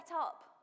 up